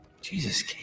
jesus